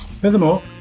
Furthermore